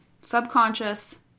subconscious